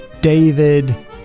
David